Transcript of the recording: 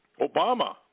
Obama